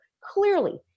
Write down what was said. clearly